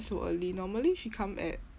so early normally she come at